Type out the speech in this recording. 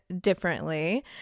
differently